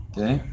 Okay